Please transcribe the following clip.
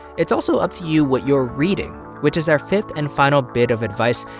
it's also up to you what you're reading, which is our fifth and final bit of advice.